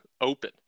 open